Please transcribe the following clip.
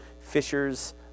fishers